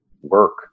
work